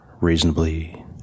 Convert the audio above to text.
Reasonably